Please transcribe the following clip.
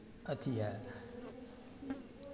अथी हए से